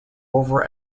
over